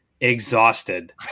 exhausted